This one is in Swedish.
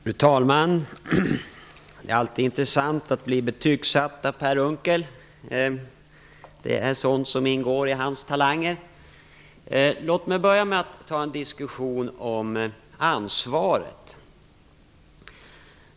Fru talman! Det är alltid intressant att bli betygsatt av Per Unckel. Det är sådant som ingår i hans talanger. Låt mig börja med att ta en diskussion om ansvaret.